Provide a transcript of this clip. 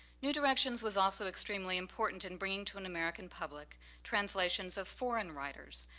new directions was also extremely important in bringing to an american public translations of foreign writers,